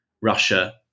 Russia